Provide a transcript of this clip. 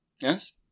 Yes